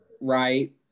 Right